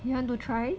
you want to try